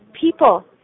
people